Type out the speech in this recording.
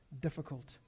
difficult